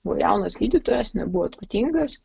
buvo jaunas gydytojas nebuvo turtingas